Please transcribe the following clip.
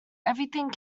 everything